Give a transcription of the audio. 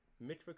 Mitch